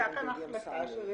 והיתה כאן החלטה שזה